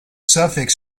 suffix